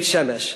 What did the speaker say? בית-שמש.